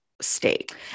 state